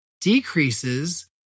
decreases